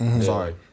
Sorry